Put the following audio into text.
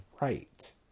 right